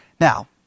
Now